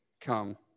come